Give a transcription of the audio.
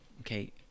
okay